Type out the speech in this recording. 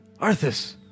Arthas